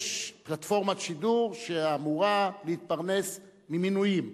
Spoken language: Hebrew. יש פלטפורמת שידור שאמורה להתפרנס ממנויים,